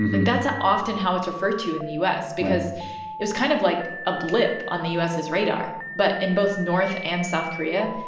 and but that's ah often how it's referred to in the u s right because it was kind of, like, a blip on the u s s radar. but in both north and south korea,